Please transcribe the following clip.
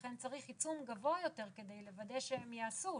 לכן צריך עיצום גבוה יותר כדי לוודא שהם ייעשו.